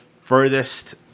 furthest